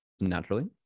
naturally